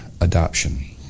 adoption